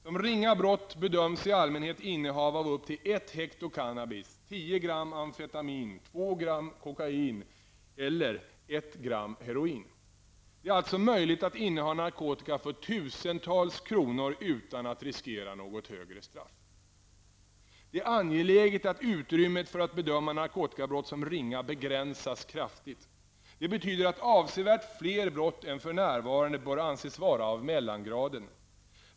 Som ringa brott bedöms i allmänhet innehav av upp till 1 hekto cannabis, 10 gram amfetamin, 2 gram kokain eller 1 gram heroin. Det är alltså möjligt att inneha narkotika för tusentals kronor utan att riskera något högre straff. Det är angeläget att utrymmet för att bedöma narkotikabrott som ringa begränsas kraftigt. Det betyder att avsevärt fler brott än för närvarande bör anses vara av mellangraden.